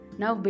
now